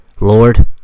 Lord